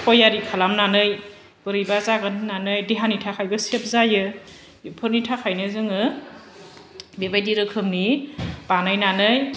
खयारि खालामनानै बोरैबा जागोन होनानै देहानि थाखायबो सेब जायो एफोरनि थाखायनो जोङो बेबादि रोखोमनि बानायनानै